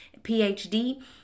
PhD